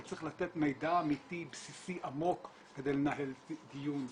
אבל צריך לתת מידע אמיתי בסיסי עמוק כדי לנהל דיון.